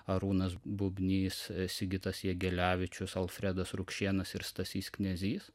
arūnas bubnys sigitas jegelevičius alfredas rukšėnas ir stasys knezys